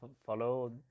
follow